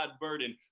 Burden